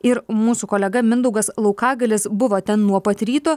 ir mūsų kolega mindaugas laukagalis buvo ten nuo pat ryto